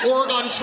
Oregon